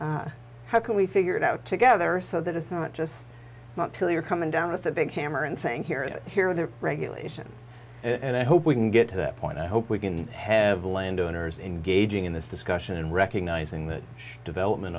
we how can we figure it out together so that it's not just kill you're coming down with a big hammer and saying here it here there are regulations and i hope we can get to that point i hope we can have landowners engaging in this discussion and recognizing that the development